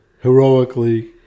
heroically